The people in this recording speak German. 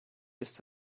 ist